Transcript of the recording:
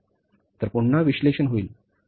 तर पुन्हा विश्लेषण होईल